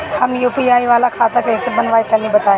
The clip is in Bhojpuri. हम यू.पी.आई वाला खाता कइसे बनवाई तनि बताई?